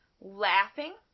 laughing